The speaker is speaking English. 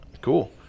cool